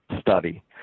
study